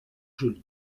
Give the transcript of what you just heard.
joli